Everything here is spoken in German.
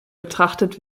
betrachtet